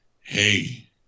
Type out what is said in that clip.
hey